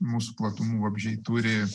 mūsų platumų vabzdžiai turi